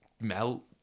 melt